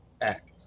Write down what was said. act